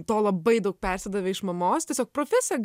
to labai daug persidavė iš mamos tiesiog profesija